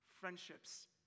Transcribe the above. Friendships